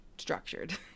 structured